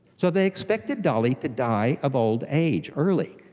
so they expected dolly to die of old age early,